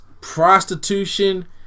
prostitution